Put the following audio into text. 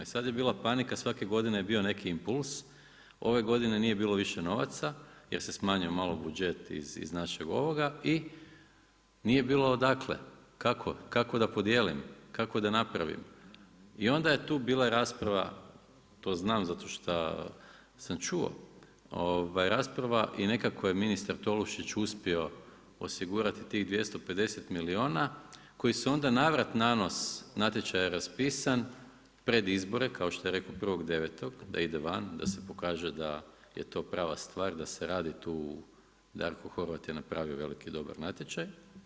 I sad je bila panika svake godine je bio neki impuls, ove godine nije bilo više novaca jer se smanjio malo budžet iz našeg ovoga, i nije bilo odakle, kako, kako da podijelim, kako da napravim i onda je tu bila rasprava, to znam zato šta sam čuo i nekako je ministar Tolušić uspio osigurati tih 250 milijuna koji su onda navrat-nanos, natječaj je raspisan pred izbore, kao što je rekao 1.9., da ide van, da se pokaže da je to prava stvar, da se radi tu, Darko Horvat je napravio velik i dobar natječaj.